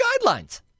guidelines